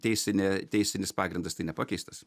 teisinė teisinis pagrindas nepakeistas